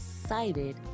excited